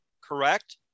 correct